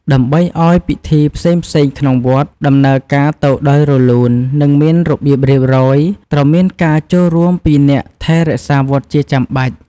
ដើម្បីឲ្យពិធីផ្សេងៗក្នុងវត្ត ដំណើរការទៅដោយរលូន និងមានរបៀបរៀបរយ ត្រូវមានការចូលរួមជួយពីអ្នកថែរក្សាវត្តជាចាំបាច់។